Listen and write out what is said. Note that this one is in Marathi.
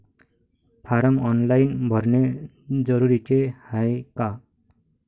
फारम ऑनलाईन भरने जरुरीचे हाय का?